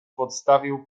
podstawił